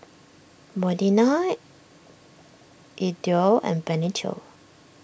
Modena Edw and Benito